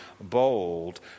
bold